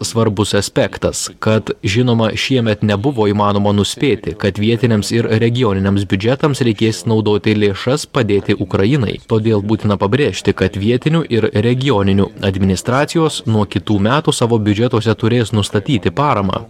svarbus aspektas kad žinoma šiemet nebuvo įmanoma nuspėti kad vietiniams ir regioniniams biudžetams reikės naudoti lėšas padėti ukrainai todėl būtina pabrėžti kad vietinių ir regioninių administracijos nuo kitų metų savo biudžetuose turės nustatyti paramą